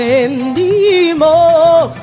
anymore